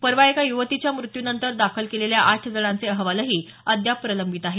परवा एका युवतीच्या मृत्यूनंतर दाखल केलेल्या आठ जणांचे अहवालही अद्याप प्रलंबित आहेत